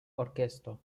orkestro